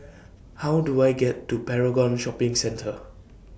How Do I get to Paragon Shopping Centre